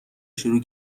شروع